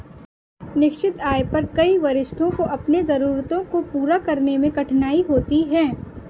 निश्चित आय पर कई वरिष्ठों को अपनी जरूरतों को पूरा करने में कठिनाई होती है